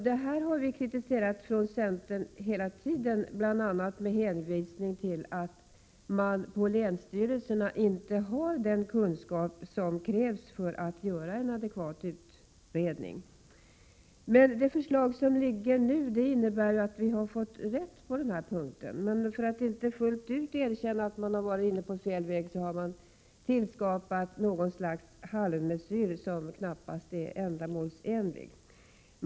Detta har vi från centern kritiserat hela tiden, bl.a. med hänvisning till att man på länsstyrelserna inte har den kunskap som krävs för att göra en adekvat utredning. Det förslag som föreligger nu innebär att vi har fått rätt på den här punkten. Men för att inte fullt ut erkänna att man har varit inne på fel väg har man tillskapat något slags halvmesyr, som knappast är ändamålsenlig.